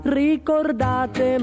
ricordate